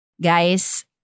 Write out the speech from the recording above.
Guys